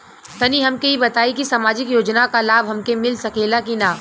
तनि हमके इ बताईं की सामाजिक योजना क लाभ हमके मिल सकेला की ना?